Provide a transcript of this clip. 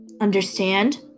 Understand